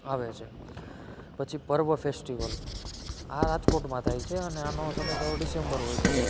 આવે છે પછી પર્વ ફેસ્ટિવલ આ રાજકોટમાં થાય છે અને આનો સમયગાળો ડિસેમ્બર હોય છે